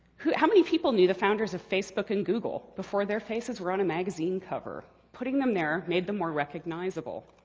how many people knew the founders of facebook and google before their faces were on a magazine cover? putting them there made them more recognizable.